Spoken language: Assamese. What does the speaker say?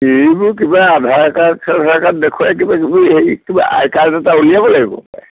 এইবোৰ কিবা আধাৰ কাৰ্ড চাধাৰ কাৰ্ড দেখুৱাই কিবা কিবি এই কিবা আই কাৰ্ড এটা উলিয়াব লাগিব হপায়